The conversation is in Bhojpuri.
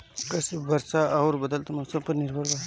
कृषि वर्षा आउर बदलत मौसम पर निर्भर बा